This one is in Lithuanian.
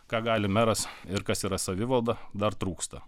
ką gali meras ir kas yra savivalda dar trūksta